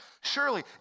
Surely